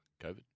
COVID